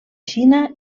xina